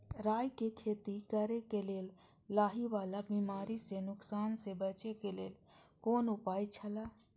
राय के खेती करे के लेल लाहि वाला बिमारी स नुकसान स बचे के लेल कोन उपाय छला?